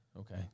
Okay